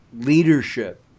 leadership